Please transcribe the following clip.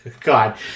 God